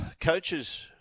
coaches